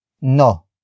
no